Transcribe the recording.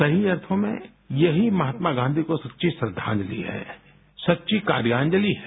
सही अर्थों में यही महात्मा गाँधी को सच्ची श्रद्वांजलि है सच्ची कार्यांजलि है